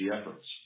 efforts